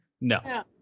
no